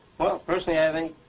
well, personally i think,